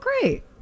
great